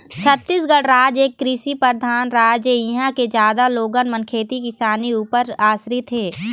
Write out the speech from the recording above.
छत्तीसगढ़ राज एक कृषि परधान राज ऐ, इहाँ के जादा लोगन मन खेती किसानी ऊपर आसरित हे